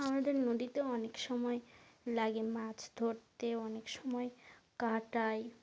আমাদের নদীতে অনেক সময় লাগে মাছ ধরতে অনেক সময় কাটাই